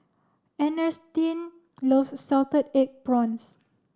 Ernestine love Salted Egg Prawns